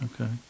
Okay